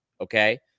okay